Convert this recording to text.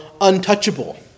untouchable